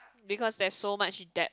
because there's so much depth